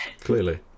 Clearly